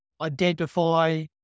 identify